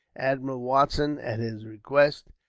admiral watson, at his request,